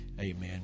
amen